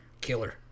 killer